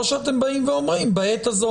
או שאתם אומרים שבעת הזאת,